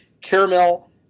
caramel